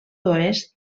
oest